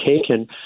taken